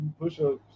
push-ups